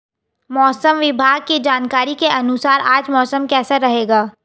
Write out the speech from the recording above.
मौसम विभाग की जानकारी के अनुसार आज मौसम कैसा रहेगा?